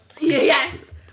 Yes